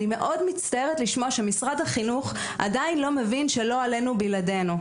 אני מאוד מצטערת לשמוע שמשרד החינוך עדיין לא מבין שלא עלינו בלעדינו.